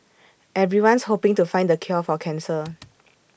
everyone's hoping to find the cure for cancer